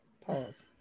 Pause